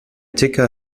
ticker